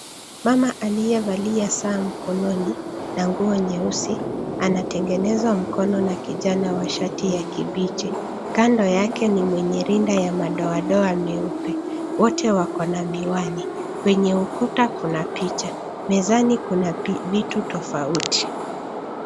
Mama aliyevalia saa mkononi na nguo nyeusi anatengenezwa mkono na kijana wa shati ya kibichi. Kando yake ni mwenye rinda ya madoadoa meupe. Wote wako na miwani. Kwenye ukuta kuna picha. Mezani kuna vitu tofauti.